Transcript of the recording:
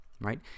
right